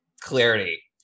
Clarity